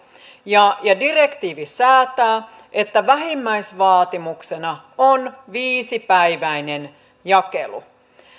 ja ja direktiivi säätää että vähimmäisvaatimuksena on viisipäiväinen jakelu